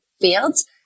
fields